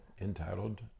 entitled